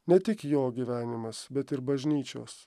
ne tik jo gyvenimas bet ir bažnyčios